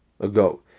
ago